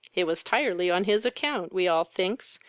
it was tirely on his account, we all thinks,